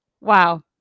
Wow